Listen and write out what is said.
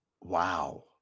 Wow